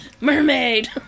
mermaid